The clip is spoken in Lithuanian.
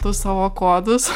tu savo kodus